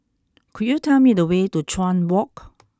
could you tell me the way to Chuan Walk